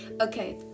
okay